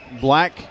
black